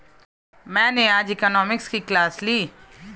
मैंने आज इकोनॉमिक्स की क्लास ली